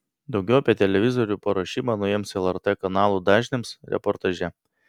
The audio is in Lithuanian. daugiau apie televizorių paruošimą naujiems lrt kanalų dažniams reportaže